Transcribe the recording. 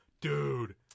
dude